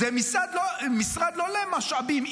זה משרד למשאבים,